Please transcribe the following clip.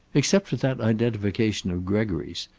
except for that identification of gregory's,